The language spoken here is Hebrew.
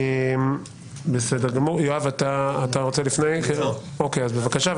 יואב, בבקשה.